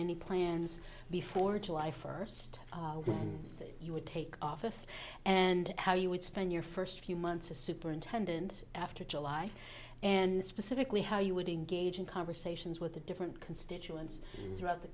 any plans before july first you would take office and how you would spend your first few months a superintendent after july and specifically how you would engage in conversations with the different constituents throughout the